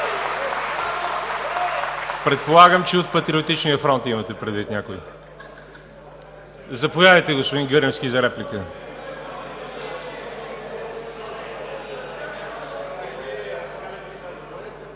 Предполагам, че от „Патриотичния фронт“ имате предвид някой. Заповядайте, господин Гърневски, за реплика.